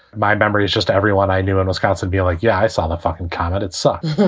my memory is just everyone i knew almost got to be like, yeah, i saw the fucking comet. it sucks